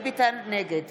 נגד